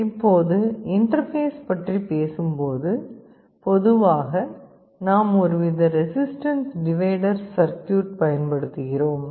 இப்போது இன்டர்பேஸ் பற்றிப் பேசும்போது பொதுவாக நாம் ஒருவித ரெசிஸ்டன்ஸ் டிவைடர் சர்க்யூட் பயன்படுத்துகிறோம்